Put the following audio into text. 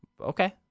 Okay